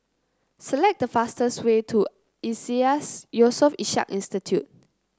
select the fastest way to Iseas Yusof Ishak Institute